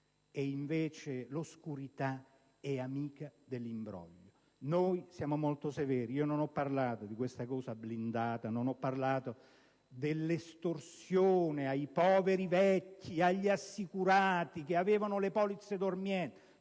e, invece, l'oscurità è amica dell'imbroglio. Noi siamo molto severi; non ho parlato di questo decreto blindato, dell'estorsione ai poveri vecchi, agli assicurati che avevano le polizze dormienti;